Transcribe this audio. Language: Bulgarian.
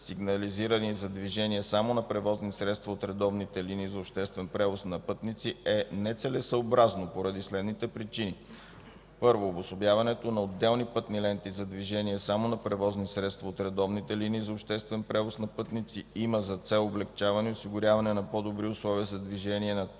сигнализирани за движение само на превозни средства от редовните линии за обществен превоз на пътници, е нецелесъобразно поради следните причини: - обособяването на отделни пътни ленти за движение само на превозни средства от редовните линии за обществен превоз на пътници има за цел облекчаване и осигуряване на по-добри условия за движението на точно